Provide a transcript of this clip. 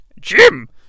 Jim